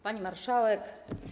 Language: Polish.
Pani Marszałek!